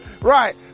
Right